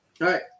right